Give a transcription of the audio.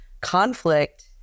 conflict